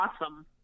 awesome